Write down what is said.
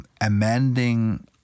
amending